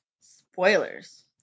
spoilers